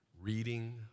reading